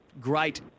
great